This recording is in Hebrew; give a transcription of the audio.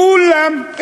כולן,